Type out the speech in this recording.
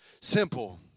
simple